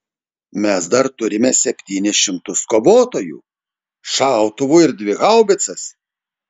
mes dar turime septynis šimtus kovotojų šautuvų ir dvi haubicas